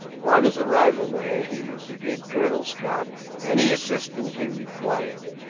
upon his arrival there, he was to give colonel scott any assistance he required.